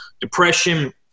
depression